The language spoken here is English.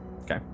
okay